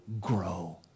grow